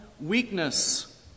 weakness